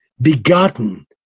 begotten